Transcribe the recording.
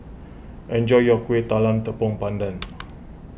enjoy your Kueh Talam Tepong Pandan